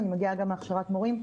אני מגיעה גם מהכשרת מורים.